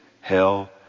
hell